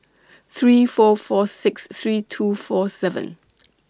three four four six three two four seven